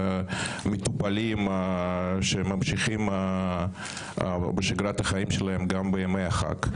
מטופלים שממשיכים בשגרת החיים שלהם גם בימי החג.